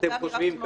חושבים כך,